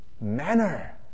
manner